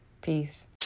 Peace